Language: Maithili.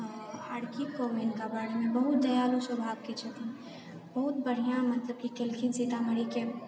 आर कि कहू हिनका बारेमे बहुत दयालु स्वभावके छथिन बहुत बढ़िआँ मतलब कि केलखिन सीतामढ़ीके